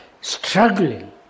struggling